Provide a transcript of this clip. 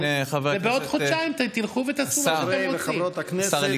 חברי וחברות הכנסת,